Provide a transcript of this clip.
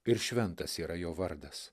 ir šventas yra jo vardas